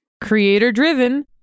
Creator-driven